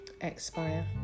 expire